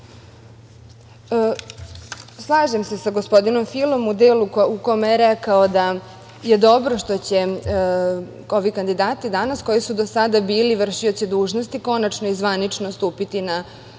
sudova. Slažem se sa gospodinom Filom u delu u kom je rekao da je dobro što će ovi kandidati danas, koji su do sada bili vršioci dužnosti, konačno i zvanično stupiti na